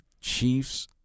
Chiefs